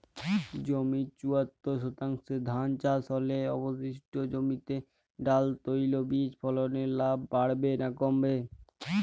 জমির চুয়াত্তর শতাংশে ধান চাষ হলে অবশিষ্ট জমিতে ডাল তৈল বীজ ফলনে লাভ বাড়বে না কমবে?